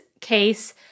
case